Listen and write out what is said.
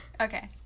Okay